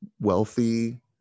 wealthy